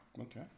Okay